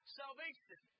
salvation